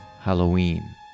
Halloween